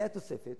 היתה תוספת